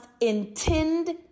intend